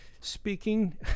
speaking